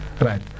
Right